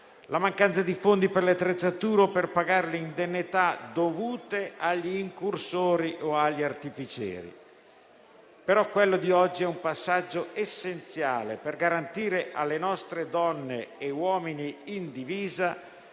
la mancanza di fondi per le attrezzature o per pagare le indennità dovute agli incursori o agli artificieri. Però quello di oggi è un passaggio essenziale per garantire alle nostre donne e uomini in divisa